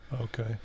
okay